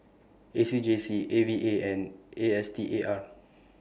A C J C A V A and A S T A R